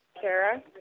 Kara